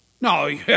No